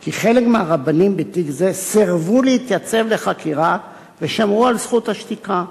כי חלק מהרבנים בתיק זה סירבו להתייצב לחקירה ושמרו על זכות השתיקה.